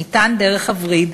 שניתן דרך הווריד,